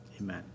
Amen